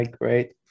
Great